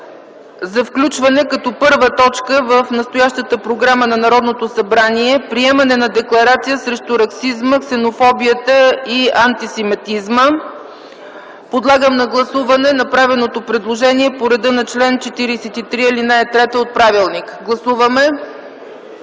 за включване като първа точка в настоящата програма на Народното събрание – приемане на декларация срещу расизма, ксенофобията и антисемитизма. Подлагам на гласуване направеното предложение по реда на чл. 43, ал. 3 от Правилника за